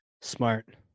Smart